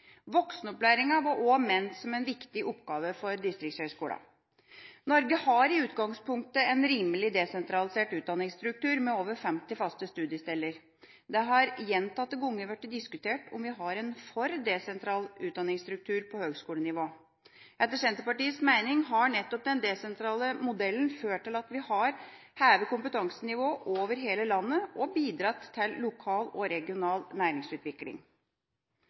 var også ment som en viktig oppgave for distriktshøyskolene. Norge har i utgangspunktet en rimelig desentralisert utdanningsstruktur med over 50 faste studiesteder. Det har gjentatte ganger blitt diskutert om vi har en for desentral utdanningsstruktur på høyskolenivå. Etter Senterpartiets mening har nettopp den desentrale modellen ført til at vi har hevet kompetansenivået over hele landet, og bidratt til lokal og regional næringsutvikling.